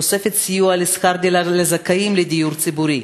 תוספת סיוע לשכר דירה לזכאים לדיור ציבורי,